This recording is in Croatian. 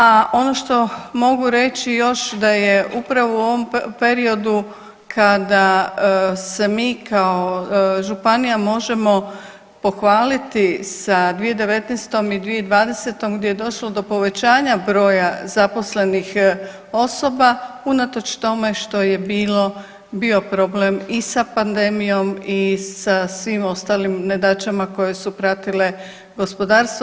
A ono što mogu reći još da je upravo u ovom periodu kada se mi kao županija možemo pohvaliti sa 2019. i 2020. gdje je došlo do povećanja broja zaposlenih osoba unatoč tome što je bio problem i sa pandemijom i sa svim ostalim nedaćama koje su pratile gospodarstvo.